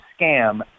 scam –